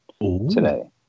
today